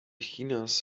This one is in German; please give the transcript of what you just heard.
chinas